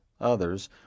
others